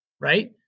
Right